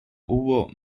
hubo